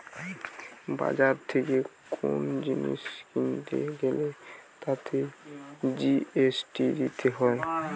বাজার থেকে কোন জিনিস কিনতে গ্যালে তাতে জি.এস.টি দিতে হয়